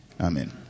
amen